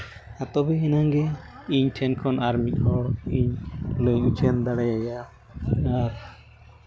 ᱯᱚᱛᱚᱵ ᱤᱱᱟᱹᱝᱜᱮ ᱤᱧ ᱴᱷᱮᱱ ᱠᱷᱚᱱ ᱟᱨ ᱢᱤᱫ ᱦᱚᱲᱤᱧ ᱞᱟᱹᱭ ᱩᱪᱷᱟᱹᱱ ᱫᱟᱲᱮᱭᱟᱭᱟ ᱟᱨ